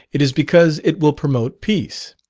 it is because it will promote peace.